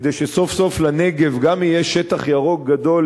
כדי שסוף-סוף לנגב גם יהיה שטח ירוק גדול,